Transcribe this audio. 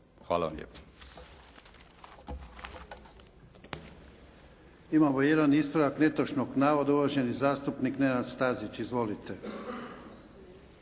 Hvala vam